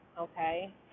okay